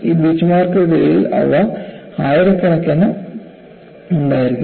ഈ ബീച്ച്മാർക്കുകൾക്കിടയിൽ അവ ആയിരക്കണക്കിന് ഉണ്ടായിരിക്കാം